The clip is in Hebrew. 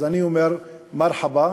אז אני אומר (נושא דברים